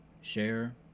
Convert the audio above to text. share